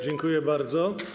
Dziękuję bardzo.